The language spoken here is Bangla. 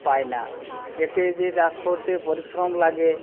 পায় না এতে যে চাষ করতে পরিশ্রম লাগে